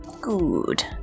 Good